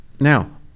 Now